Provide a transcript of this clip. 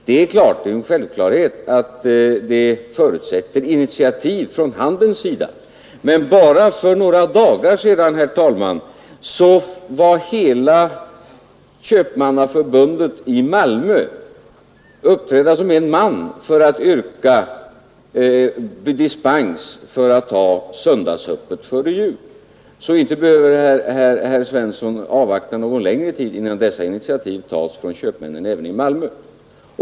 Det är en självklarhet att detta förutsätter initiativ från handelns sida, men bara för några dagar sedan, herr talman, ville samtliga affärer i Malmö ha dispens för att få hålla söndagsöppet före jul — herr Svensson behöver därför inte avvakta under någon längre tid, att detta initiativ skall tas från köpmännen även i Malmö.